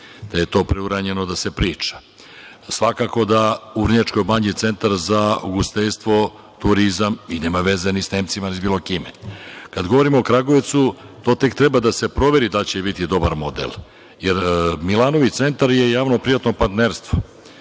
evra. Preuranjeno je da se priča. Svakako je u Vrnjačkoj Banji Centar za ugostiteljstvo i turizam i nema veze sa Nemcima i bilo kime. Kada govorimo o Kragujevcu, to tek treba da se proveri da li će biti dobar model, jer „Milanović centar“ je javno-privatno partnerstvo.